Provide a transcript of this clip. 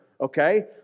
okay